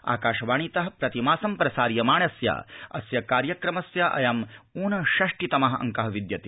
आकाशवाणीतः प्रतिमासं प्रसार्यमाणस्य अस्य कार्यक्रमस्य अयम् ऊनषष्टितमः अङ्कः विद्यते